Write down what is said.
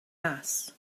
mass